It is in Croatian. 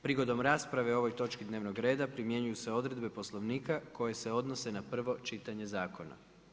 Prigodom rasprave o ovoj točki dnevnog reda, primjenjuju se odredbe poslovnika, koje se odnose na prvo čitanje zakona.